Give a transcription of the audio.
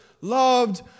loved